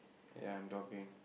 ya I'm talking